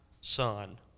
son